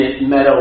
meadow